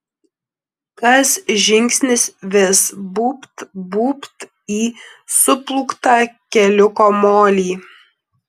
kas žingsnis vis būbt būbt į suplūktą keliuko molį